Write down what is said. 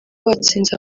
batsinze